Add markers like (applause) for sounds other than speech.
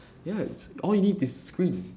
(breath) ya it's all you need is screen